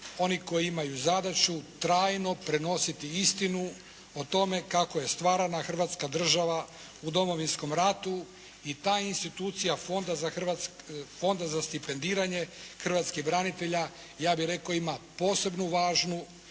onih koji imaju zadaću trajno prenositi istinu o tome kako je stvarana hrvatska država u Domovinskom ratu. I ta institucija Fonda za stipendiranje hrvatskih branitelja ja bih rekao ima posebno važnu